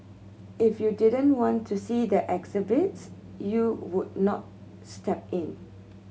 if you didn't want to see the exhibits you would not step in